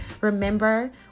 Remember